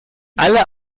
alle